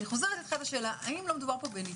אני חוזרת על השאלה: האם לא מדובר פה בניצול?